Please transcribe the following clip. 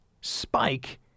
spike